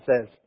says